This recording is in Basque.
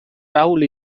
hau